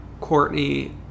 Courtney